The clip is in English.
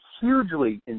hugely